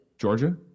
Georgia